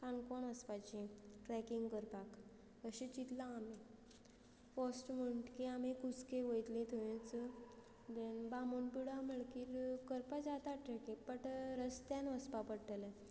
काणकोण वचपाची ट्रॅकींग करपाक अशें चिंतलां आमी फस्ट म्हणटकीर आमी कुसकें वयतली थंयच देन बामण बुडो म्हणलो की करपा जाता ट्रॅकींग बट रस्त्यान वचपा पडटलें